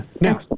Now